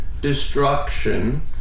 destruction